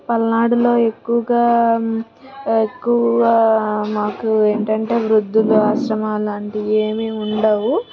పల్నాడులో ఎక్కువగా ఎక్కువ మాకు ఏంటంటే వృద్ధాశ్రమాలు లాంటివి ఏమి ఉండవు